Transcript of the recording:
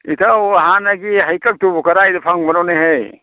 ꯏꯇꯥꯎ ꯍꯥꯟꯅꯒꯤ ꯍꯩꯀꯛꯇꯨꯕꯨ ꯀꯔꯥꯏꯗ ꯐꯪꯕꯅꯣꯅꯦꯍꯦ